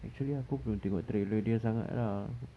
actually aku belum tengok trailer dia sangat lah